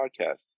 podcasts